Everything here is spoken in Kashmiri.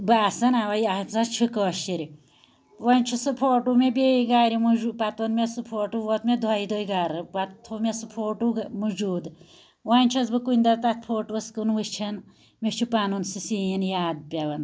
باسان اوَ أسۍ ہہَ چھِ کٲشر ونۍ چھُ سُہ فوٹو مےٚ بیٚیہِ گَرِ موجود پَتہٕ اوٚن مےٚ سُہ فوٹو ووت مےٚ دۄیہِ دُہۍ گَرٕ پَتہٕ تھوٚو مےٚ سُہ فوٹو موجود ونۍ چھَس بہٕ کُنہ دۄہ تتھ فوٹوَس کُن وٕچھان مےٚ چھُ پَنُن سُہ سیٖن یاد پیٚوان